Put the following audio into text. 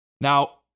Now